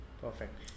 Perfect